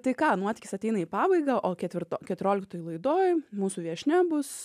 tai ką nuotykis ateina į pabaigą o ketvirto keturioliktoj laidoj mūsų viešnia bus